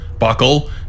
Buckle